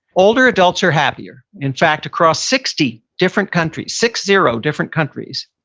older adults are happier. in fact, across sixty different countries, six zero different countries,